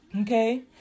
okay